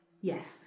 Yes